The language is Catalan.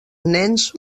nens